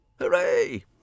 Hooray